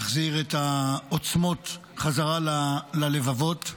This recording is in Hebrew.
להחזיר את העוצמות חזרה ללבבות.